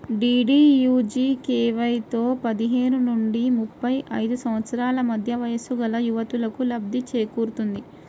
డీడీయూజీకేవైతో పదిహేను నుంచి ముప్పై ఐదు సంవత్సరాల మధ్య వయస్సుగల యువతకు లబ్ధి చేకూరుతుంది